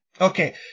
Okay